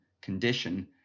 condition